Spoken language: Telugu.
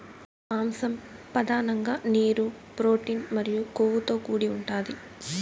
మాంసం పధానంగా నీరు, ప్రోటీన్ మరియు కొవ్వుతో కూడి ఉంటాది